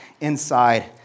inside